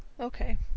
Okay